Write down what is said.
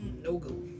no-go